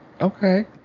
Okay